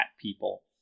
people